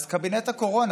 אז קבינט הקורונה,